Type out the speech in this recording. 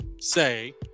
say